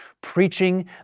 preaching